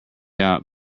out